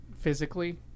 physically